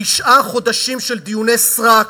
תשעה חודשים של דיוני סרק.